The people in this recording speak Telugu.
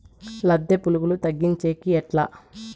లద్దె పులుగులు తగ్గించేకి ఎట్లా?